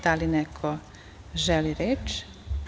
Da li neko želi reč?